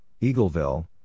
Eagleville